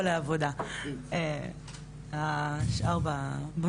אני בעצם באתי רק באמת כדי להראות את הצד,